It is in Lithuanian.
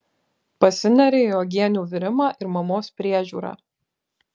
pasineria į uogienių virimą ir mamos priežiūrą